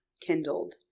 kindled